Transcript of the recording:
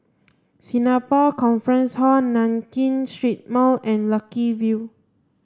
Singapore Conference Hall Nankin Street Mall and Lucky View